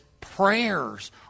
prayers